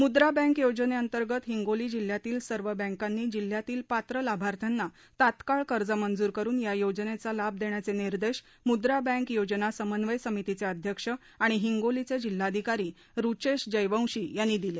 मुद्रा बँक योजनेतंगंत हिंगोली जिल्ह्यातील सर्व बँकांनी जिल्ह्यातील पात्र लाभार्थ्यांना तात्काळ कर्ज मंजूर करुन या योजनेचा लाभ देण्याचे निर्देश मुद्रा बँक योजना समन्वय समितीचे अध्यक्ष आणि हिंगोलीचे जिल्हाधिकारी रूचेश जयवंशी यांनी दिले